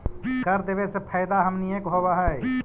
कर देबे से फैदा हमनीय के होब हई